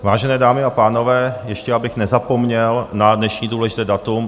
Vážené dámy a pánové, ještě abych nezapomněl na dnešní důležité datum.